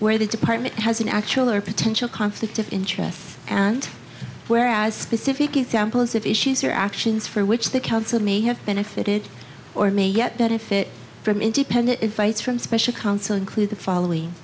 where the department has an actual or potential conflict of interests and where as specific examples of issues or actions for which the council may have benefited or may yet benefit from independent advice from special council include the following